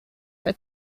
for